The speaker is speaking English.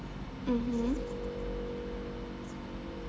mmhmm